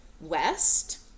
west